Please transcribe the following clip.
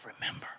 remember